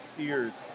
skiers